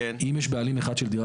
אם יש בעלים אחד של דירה,